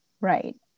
right